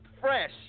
fresh